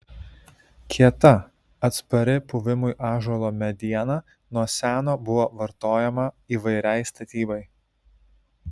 kieta atspari puvimui ąžuolo mediena nuo seno buvo vartojama įvairiai statybai